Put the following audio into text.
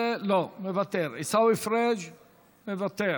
מוותר, חבר הכנסת עיסאווי פריג' מוותר,